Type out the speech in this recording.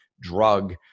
drug